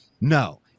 No